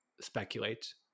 Speculate